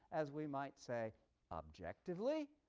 as we might say objectively?